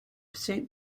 saint